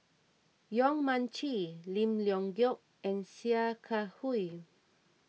Yong Mun Chee Lim Leong Geok and Sia Kah Hui